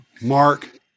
Mark